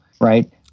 Right